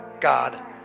God